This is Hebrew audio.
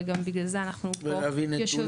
וגם בגלל זה אנחנו ישובים פה.